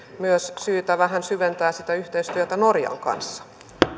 myös syytä vähän syventää sitä yhteistyötä norjan kanssa